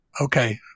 okay